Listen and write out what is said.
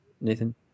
Nathan